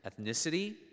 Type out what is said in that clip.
Ethnicity